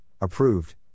approved